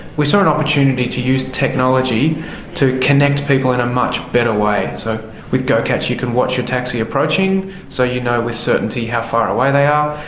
we saw an opportunity to use technology to connect people in a much better way. so with gocatch you can watch your taxi approaching so you know with certainty how far away they are.